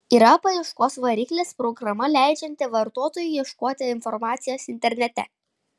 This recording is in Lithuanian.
yra paieškos variklis programa leidžianti vartotojui ieškoti informacijos internete